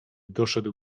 doszedł